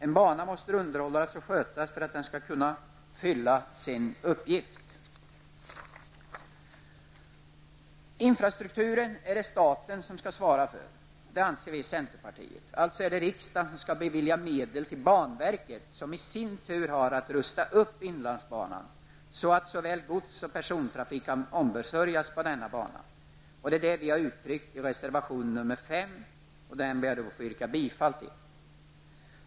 En bana måste underhållas och skötas för att den skall kunna fylla sin uppgift. För infrastrukturen är det staten som skall svara. Det anser vi i centerpartiet. Alltså är det riksdagen som skall bevilja medel till banverket, som i sin tur har att rusta upp inlandsbanan så att såväl godssom persontrafik kan ombesörjas på denna bana. Detta har vi uttryckt i reservation 5, som jag nu vill yrka bifall till.